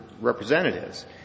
representatives